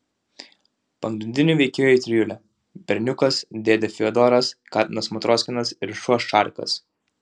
pagrindinių veikėjų trijulė berniukas dėdė fiodoras katinas matroskinas ir šuo šarikas